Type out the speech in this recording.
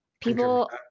People